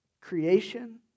creation